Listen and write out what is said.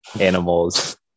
animals